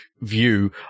view